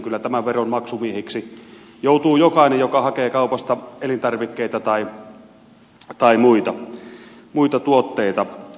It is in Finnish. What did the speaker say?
kyllä tämän veron maksumiehiksi joutuu jokainen joka hakee kaupasta elintarvikkeita tai muita tuotteita